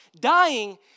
dying